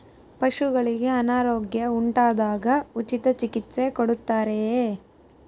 ಪಶುಗಳಿಗೆ ಅನಾರೋಗ್ಯ ಉಂಟಾದಾಗ ಉಚಿತ ಚಿಕಿತ್ಸೆ ಕೊಡುತ್ತಾರೆಯೇ?